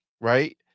right